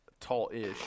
Tall-ish